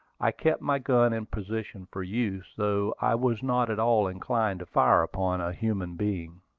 i kept my gun in position for use, though i was not at all inclined to fire upon a human being.